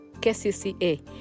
KCCA